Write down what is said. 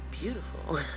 beautiful